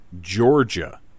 georgia